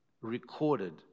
recorded